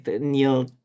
Neil